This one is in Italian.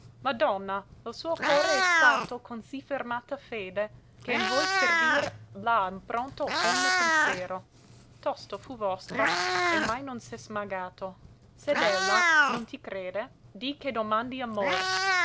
madonna lo suo core è stato con sì fermata fede che n voi servir l'ha mpronto onne pensero tosto fu vostro e mai non s'è smagato sed ella non ti crede dì che domandi amor